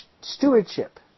stewardship